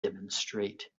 demonstrate